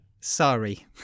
Sorry